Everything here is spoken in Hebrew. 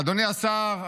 אדוני השר,